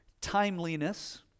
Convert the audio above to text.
timeliness